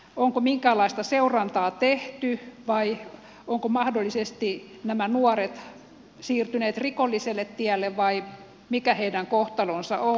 onko minkäänlaista seurantaa tehty vai ovatko nämä nuoret mahdollisesti siirtyneet rikolliselle tielle vai mikä heidän kohtalonsa on